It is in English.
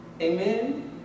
amen